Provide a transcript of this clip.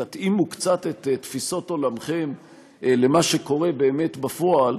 תתאימו קצת את תפיסות עולמכם למה שקורה באמת בפועל,